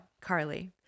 Carly